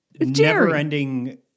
never-ending